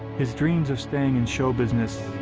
his dreams of staying in show business,